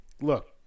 look